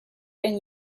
and